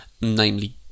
namely